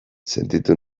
sentitu